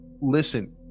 listen